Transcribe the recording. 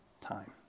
time